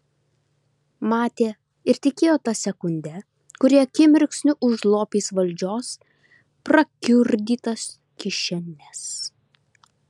matė ir tikėjo ta sekunde kuri akimirksniu užlopys valdžios prakiurdytas kišenes